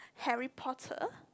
Harry-Potter